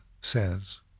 says